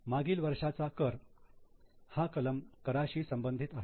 मागील वर्षांचा कर हा कलम कराशी संबंधित आहे